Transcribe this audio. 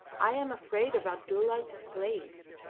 i am afraid of abdulla's slaves.